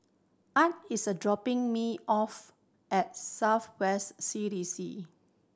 Art is a dropping me off at South West C D C